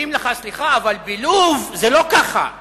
אומרים לך: סליחה, אבל בלוב זה לא ככה,